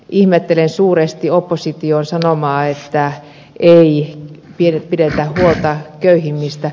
ihmettelen suuresti opposition sanomaa että ei pidetä huolta köyhimmistä